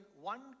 one